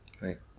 Right